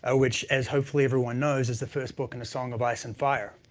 ah which as hopefully everyone knows, is the first book in a song of ice and fire.